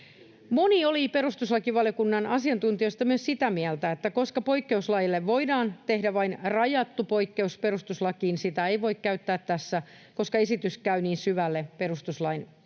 Moni oli perustuslakivaliokunnan asiantuntijoista myös sitä mieltä, että koska poikkeuslaille voidaan tehdä vain rajattu poikkeus perustuslakiin, sitä ei voi käyttää tässä, koska esitys käy niin syvälle perustuslain perusratkaisuihin,